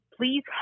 please